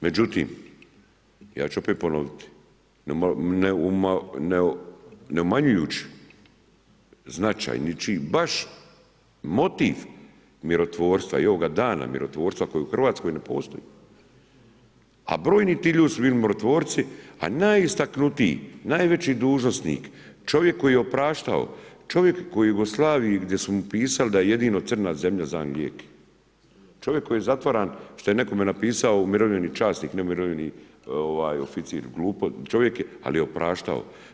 Međutim, ja ću opet ponoviti, ne umanjujući značaj ničiji, baš motiv mirotvorstva i ovoga dana mirotvorstva koji u Hrvatskoj ne postoji, a brojni ti ljudi su bili mirotvorci, a najistaknutiji, najveći dužnosnik, čovjek koji je opraštao, čovjek koji u Jugoslaviji, gdje su mu pisali da je jedino crna zemlja za njega lijek, čovjek koji je zatvaran što je nekome napisao umirovljeni časnik, ne umirovljeni oficir, ali je opraštao.